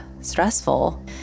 stressful